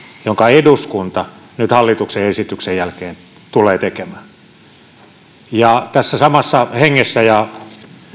jonka eduskunta nyt hallituksen esityksen jälkeen tulee tekemään tässä samassa hengessä ja